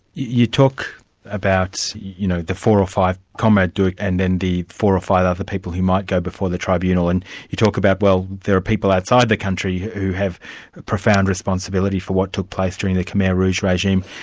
you talk about you know the four or five comrade duch and then the four or five other people who might go before the tribunal and you talk about, well, there are people outside the country who have profound responsibility for what took place during the khmer rouge regime,